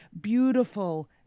beautiful